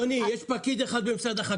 אדוני, יש פקיד אחד במשרד החקלאות.